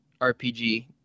RPG